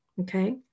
okay